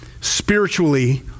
spiritually